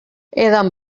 edan